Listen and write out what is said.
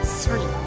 three